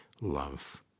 love